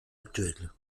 actuel